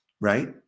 right